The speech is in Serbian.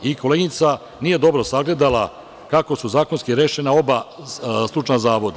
I koleginica nije dobro sagledala kako su zakonski rešena oba stručna zavoda.